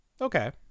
okay